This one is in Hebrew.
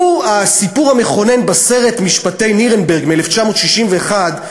הסיפור המכונן בסרט "משפטי נירנברג" מ-1961,